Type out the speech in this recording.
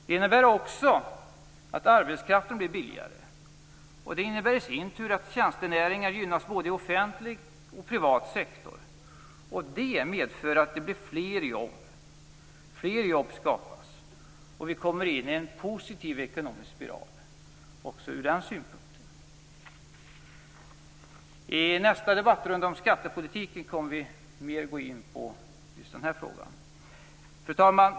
Det innebär också att arbetskraften blir billigare, och det innebär i sin tur att tjänstenäringar gynnas, i både offentlig och privat sektor. Det medför att fler jobb skapas, och vi kommer in i en positiv ekonomisk spiral. I nästa debattrunda, om skattepolitiken, kommer vi att gå in mer på just den frågan. Fru talman!